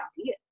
idea